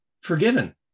forgiven